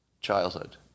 childhood